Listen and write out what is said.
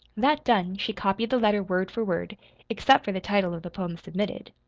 that done, she copied the letter, word for word except for the title of the poem submitted.